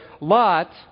Lot